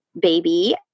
Baby